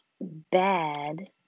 bad